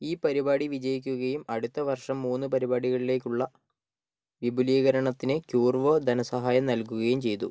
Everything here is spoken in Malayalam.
ഈ പരിപാടി വിജയിക്കുകയും അടുത്ത വർഷം മൂന്ന് പരിപാടികളിലേക്കുള്ള വിപുലീകരണത്തിന് ക്യൂർവോ ധനസഹായം നൽകുകയും ചെയ്തു